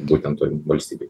būtent toj valstybėj